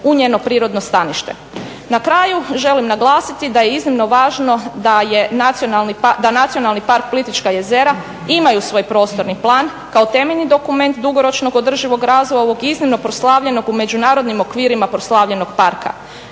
Na kraju želim naglasiti da je iznimno važno da je nacionalni park Plitvička jezera imaju svoj prostorni plan kao temeljni dokument dugoročnog održivog razvoja ovog iznimnog proslavljenog u međunarodnim okvirima proslavljenog parka